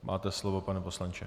Máte slovo, pane poslanče.